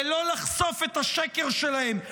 בלא לחשוף את השקר שלהם,